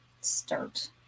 start